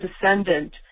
descendant